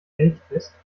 elchtest